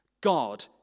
God